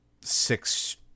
six